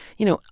you know,